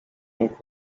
uko